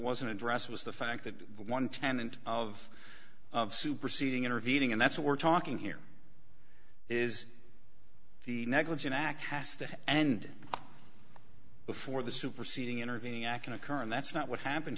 wasn't addressed was the fact that one tenant of superseding intervening and that's what we're talking here is the negligent act passed and before the superseding intervening i can occur and that's not what happened